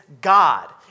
God